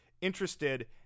Interested